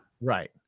right